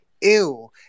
ew